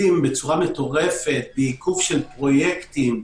בצורה מטורפת בעיכוב של פרויקטים,